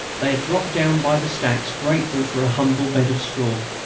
they had dropped down by the stacks grateful for a humble bed of straw.